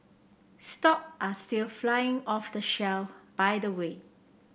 stock are still flying off the shelf by the way